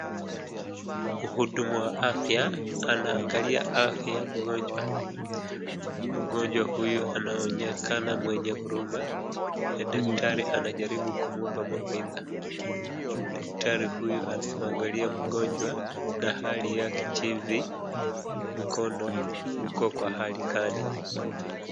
Mhudumu wa afya anaangalia afya ya mgonjwa, mgonjwa huyu anaonekana mwenye huruma, daktari anajaribu kumpa mawaidha, daktari huyu anamwangalia mgonjwa na hali yake jinsi, mkono uko kwa hali gani.